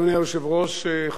חברי חברי הכנסת,